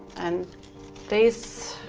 and these